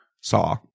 saw